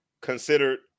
considered